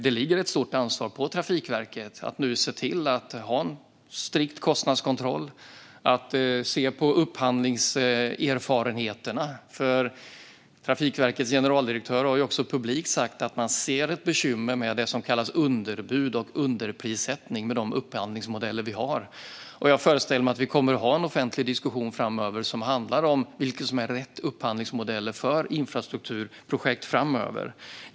Det ligger ett stort ansvar på Trafikverket att se till att ha en strikt kostnadskontroll, att se på upphandlingserfarenheterna. Trafikverkets generaldirektör har också publikt sagt att det finns ett bekymmer med det som kallas underbud och underprissättning med de upphandlingsmodeller som finns. Jag föreställer mig att det kommer att vara en offentlig diskussion framöver som handlar om vilken upphandlingsmodell som är rätt för infrastrukturprojekt framöver.